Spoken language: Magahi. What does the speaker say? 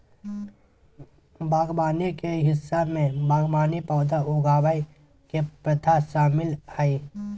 बागवानी के हिस्सा में बागवानी पौधा उगावय के प्रथा शामिल हइ